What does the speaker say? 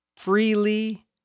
freely